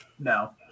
No